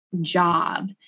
job